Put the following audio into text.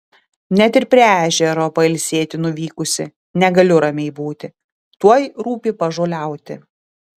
net ir prie ežero pailsėti nuvykusi negaliu ramiai būti tuoj rūpi pažoliauti